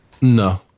no